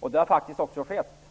och det har också skett.